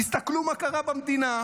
תסתכלו מה קרה במדינה,